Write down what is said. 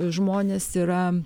žmonės yra